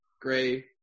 gray